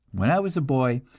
when i was a boy,